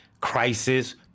crisis